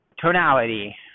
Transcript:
tonality